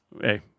hey